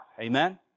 Amen